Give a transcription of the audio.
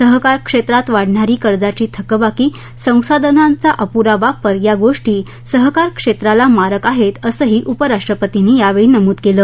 सहकार क्षेत्रात वाढणारी कर्जाची थकबाकी संसाधनाचा अपुरा वापर या गोष्टी सहकार क्षेत्राला मारक आहेत असंही उपराष्ट्रपतींनी यावेळी नमूद केलं